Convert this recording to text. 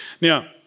Now